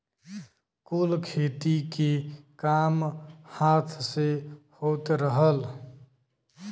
कुल खेती के काम हाथ से होत रहल